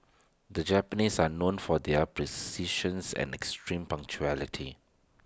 the Japanese are known for their precisions and extreme punctuality